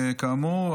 כאמור,